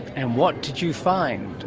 and what did you find?